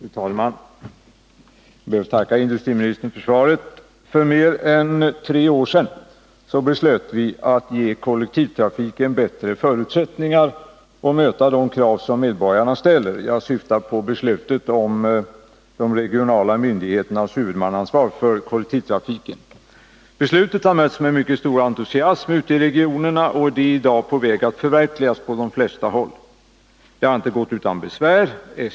Fru talman! Jag ber att få tacka industriministern för svaret. För mer än tre år sedan beslöt vi att ge kollektivtrafiken bättre förutsättningar och möta de krav som medborgarna ställer. Jag syftar på beslutet om de regionala myndigheternas huvudmannaskap för kollektivtrafiken. Beslutet har mötts med mycket stor entusiasm ute i regionerna, och det är i dag på väg att förverkligas på de flesta håll. Det har inte gått utan besvär.